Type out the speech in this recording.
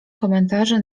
komentarze